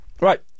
Right